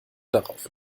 darauf